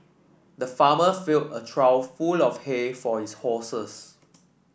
the farmer filled a trough full of hay for his horses